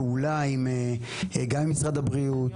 פעולה גם עם משרד הבריאות.